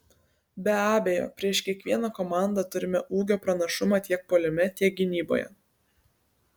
be abejo prieš kiekvieną komandą turime ūgio pranašumą tiek puolime tiek gynyboje